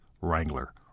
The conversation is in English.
Wrangler